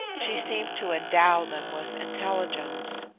she seemed to endow them with intelligence,